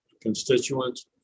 constituents